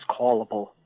callable